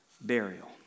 burial